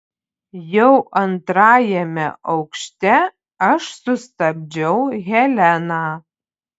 jau antrajame aukšte aš sustabdžiau heleną